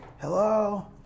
hello